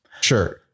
Sure